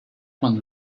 man